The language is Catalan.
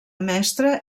mestra